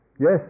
yes